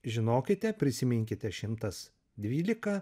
žinokite prisiminkite šimtas dvylika